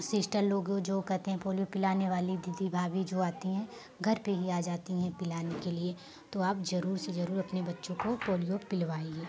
sister लोग जो कहते हैं पोलियो पिलाने वाली दीदी भाभी जो आती हैं घर पर ही आ जाती हैं पिलाने के लिए तो आप ज़रूर से ज़रूर अपने बच्चों को पोलियो पिलवाइए